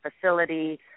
facility